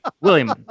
William